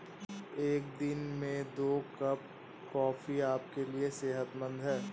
एक दिन में दो कप कॉफी आपके लिए सेहतमंद है